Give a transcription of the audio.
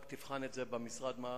שרק תבחן את זה במשרד, במה